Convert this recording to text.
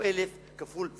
או 1,000 כפול.